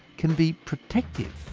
can be protective.